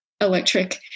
electric